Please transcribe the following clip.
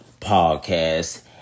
podcast